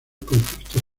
conflictos